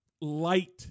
light